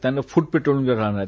त्यानंतर foot patrolling राहणार आहे